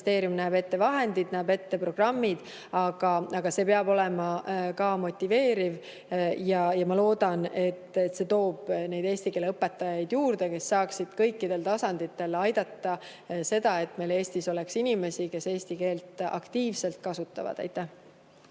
näeb ette vahendid, näeb ette programmid, aga see peab olema ka motiveeriv. Ma loodan, et see toob juurde eesti keele õpetajaid, kes saaksid kõikidel tasanditel aidata kaasa, et meil Eestis oleks inimesi, kes eesti keelt aktiivselt kasutavad. Jaa,